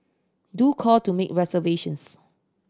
do call to make reservations